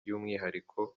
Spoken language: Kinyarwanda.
y’umwihariko